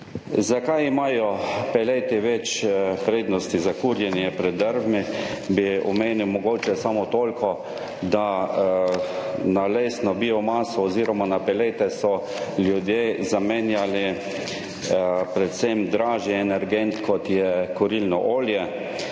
Zakaj imajo peleti več prednosti za kurjenje pred drvmi, bi omenil mogoče samo toliko, da na lesno biomaso oziroma na pelete so ljudje zamenjali predvsem dražji energent, kot je kurilno olje.